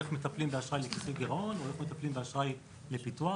איך מטפלים באשראי לכיסוי גירעון ואיך מטפלים באשראי לפיתוח.